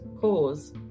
cause